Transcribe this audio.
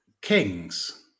Kings